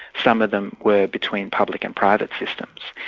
some of them were between public and private systems.